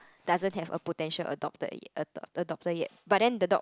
doesn't have a potential adopted adopter~ adopter yet but then the dog